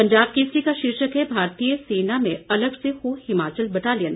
पंजाब केसरी का शीर्षक है भारतीय सेना में अलग से हो हिमाचल बटालियन